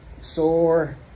sore